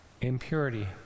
impurity